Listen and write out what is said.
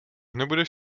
nebudeš